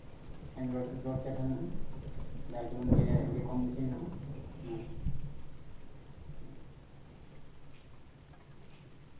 Android Android set ᱦᱚᱸ ᱢᱮᱱᱟᱜᱼᱟ ᱡᱟᱨ ᱡᱮᱢᱚᱱ ᱜᱮ ᱠᱚᱢ ᱵᱮᱥᱤ ᱢᱮᱱᱟᱜᱼᱟ ᱚᱱᱟᱫᱚ